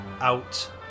out